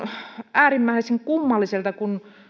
äärimmäisen kummalliselta kun